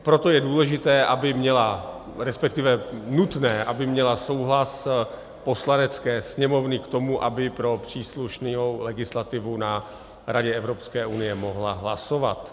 Proto je důležité, respektive nutné, aby měla souhlas Poslanecké sněmovny k tomu, aby pro příslušnou legislativu na Radě Evropské unie mohla hlasovat.